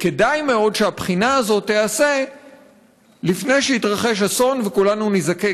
כדאי מאוד שהבחינה הזו תיעשה לפני שיתרחש אסון וכולנו ניזקק,